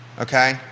Okay